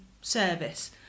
service